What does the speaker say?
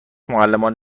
معلمان